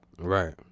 Right